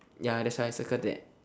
ya that's why circle that